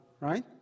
right